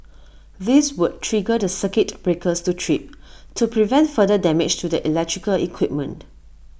this would trigger the circuit breakers to trip to prevent further damage to the electrical equipment